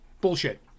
Bullshit